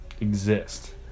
exist